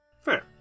Fair